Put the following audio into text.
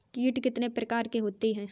कीट कितने प्रकार के होते हैं?